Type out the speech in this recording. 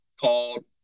called